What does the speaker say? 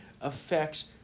affects